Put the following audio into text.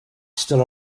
still